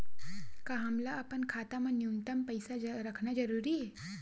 का हमला अपन खाता मा न्यूनतम पईसा रखना जरूरी हे?